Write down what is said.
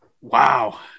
Wow